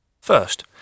First